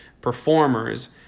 performers